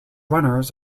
runners